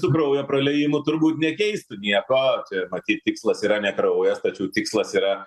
su kraujo praliejimu turbūt nekeistų nieko čia matyt tikslas yra ne kraujas tačiau tikslas yra